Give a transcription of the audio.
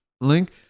Link